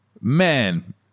Man